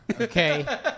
okay